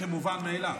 כמובן מאליו.